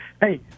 Hey